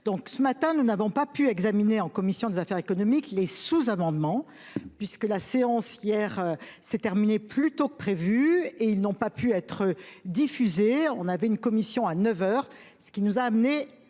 ce matin nous n'avons pas pu examiner en commission des affaires économiques les sous-amendements. puisque la séance hier s'est terminée plus tôt que prévu et ils n'ont pas pu être diffusés. On avait une commission à 9 heures, ce qui nous a amené